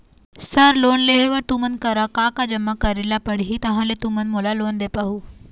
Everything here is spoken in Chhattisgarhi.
सर लोन लेहे बर तुमन करा का का जमा करें ला पड़ही तहाँ तुमन मोला लोन दे पाहुं?